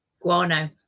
Guano